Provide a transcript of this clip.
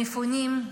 המפונים,